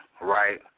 right